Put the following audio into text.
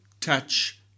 touch